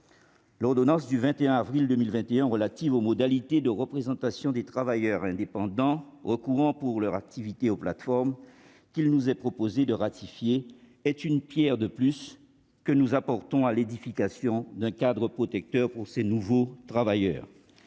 L'ordonnance du 21 avril 2021 relative aux modalités de représentation des travailleurs indépendants recourant pour leur activité aux plateformes et aux conditions d'exercice de cette représentation qu'il nous est proposé de ratifier est une pierre de plus que nous apportons à l'édification d'un cadre protecteur pour ces nouveaux travailleurs.